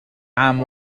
عام